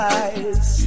eyes